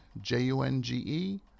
J-U-N-G-E